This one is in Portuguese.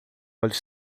olhos